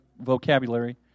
vocabulary